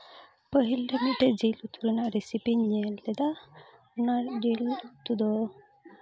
ᱯᱟᱹᱦᱤᱞ ᱫᱚ ᱢᱤᱫᱴᱮᱡ ᱡᱤᱞ ᱩᱛᱩ ᱨᱮᱭᱟᱜ ᱨᱮᱥᱤᱯᱤᱧ ᱧᱮᱞ ᱞᱮᱫᱟ ᱚᱱᱟ ᱡᱤᱞ ᱩᱛᱩ ᱫᱚ